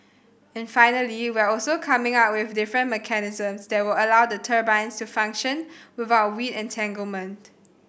and finally we're also coming up with different mechanisms that will allow the turbines to function without weed entanglement